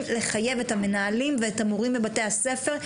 לחייב את המנהלים ואת המורים בבתי הספר,